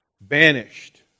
banished